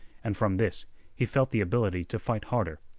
and from this he felt the ability to fight harder.